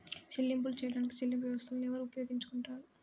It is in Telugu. చెల్లింపులు చేయడానికి చెల్లింపు వ్యవస్థలను ఎవరు ఉపయోగించుకొంటారు?